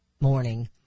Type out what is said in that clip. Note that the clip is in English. morning